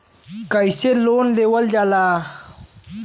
कैसे लोन लेवल जाला?